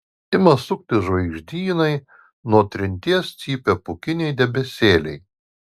ima suktis žvaigždynai nuo trinties cypia pūkiniai debesėliai